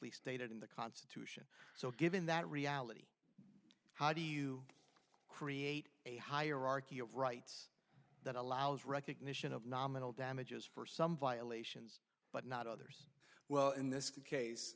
stated in the constitution so given that reality how do you create a hierarchy of rights that allows recognition of nominal damages for some violations but not others well in this case